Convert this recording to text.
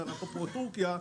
אפרופו טורקיה,